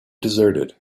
deserted